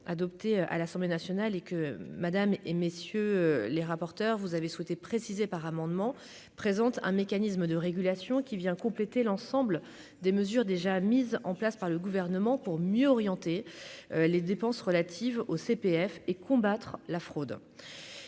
adopté à l'Assemblée nationale et que Madame et messieurs les rapporteurs, vous avez souhaité préciser par amendement présente un mécanisme de régulation qui vient compléter l'ensemble des mesures déjà mises en place par le gouvernement pour mieux orienter les dépenses relatives au CPF et combattre la fraude,